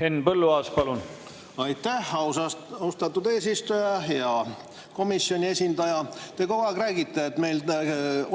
Henn Põlluaas, palun! Aitäh, austatud eesistuja! Hea komisjoni esindaja! Te kogu aeg räägite, et meil